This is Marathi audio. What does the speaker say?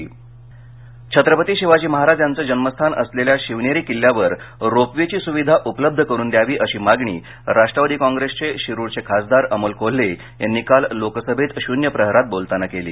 संसदेत महाराष्ट छत्रपती शिवाजी महाराज यांचं जन्मस्थान असलेल्या शिवनेरी किल्ल्यावर रोप वे ची सुविधा उपलब्ध करून द्यावी अशी मागणी राष्ट्रवादी काँप्रेसचे शिरुरचे खासदार अमोल कोल्हे यांनी काल लोकसभेत शून्य प्रहरात बोलताना केली